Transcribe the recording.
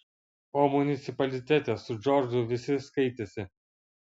o municipalitete su džordžu visi skaitėsi